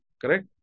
Correct